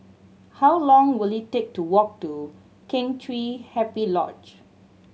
how long will it take to walk to Kheng Chiu Happy Lodge